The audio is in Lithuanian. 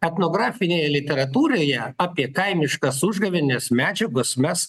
etnografinėje literatūroje apie kaimiškas užgavėnes medžiagos mes